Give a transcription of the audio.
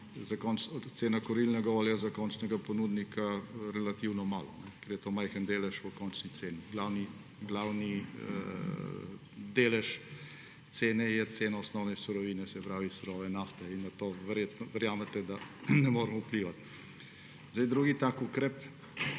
ceno kurilnega olja za končnega ponudnika relativno malo, ker je to majhen delež v končni ceni. Glavni delež cene je cena osnovne surovine, se pravi surove nafte. In na to, verjetno verjamete, ne moremo vplivati. Drugi takšen ukrep